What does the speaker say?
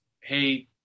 hey